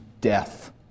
death